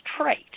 trait